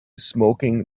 smoking